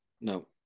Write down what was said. no